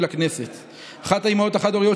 חברת הכנסת תמר זנדברג, אינה נוכחת, חבר הכנסת